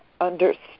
understood